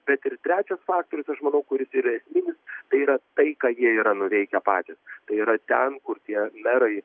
bet ir trečias faktorius aš manau kuris yra esminis tai yra tai ką jie yra nuveikę patys tai yra ten kur tie merai